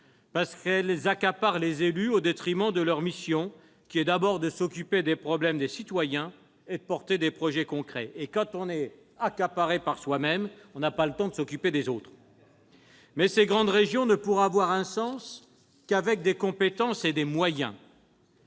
la région. Elles accaparent les élus au détriment de leur mission, qui est d'abord de s'occuper des problèmes des citoyens et de soutenir des projets concrets. Or, quand on est accaparé par soi-même, on n'a pas le temps de s'occuper des autres. Mais ces grandes régions ne pourraient avoir un sens qu'avec des compétences et des moyens.